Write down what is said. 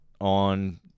on